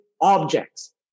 objects